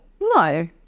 No